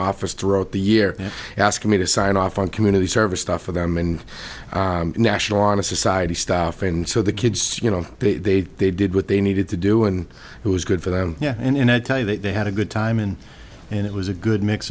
office throughout the year and ask me to sign off on community service stuff for them and national honor society stuff and so the kids you know they they did what they needed to do and it was good for them yeah and i tell you that they had a good time and and it was a good mix